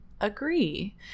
Agree